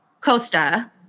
Costa